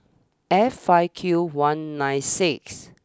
F five Q one nine six